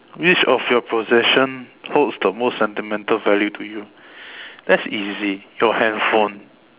which of your possession holds the most sentimental value to you that's easy your handphone